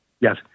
Yes